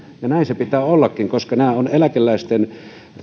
näin sen pitää ollakin koska nämä ovat eläkeläisten